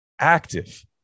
active